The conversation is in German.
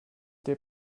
der